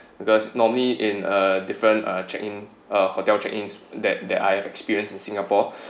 because normally in uh different uh check in uh hotel check ins that that I have experienced in singapore